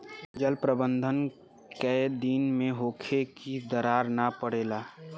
जल प्रबंधन केय दिन में होखे कि दरार न परेला?